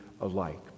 alike